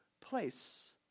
place